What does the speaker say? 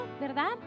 ¿Verdad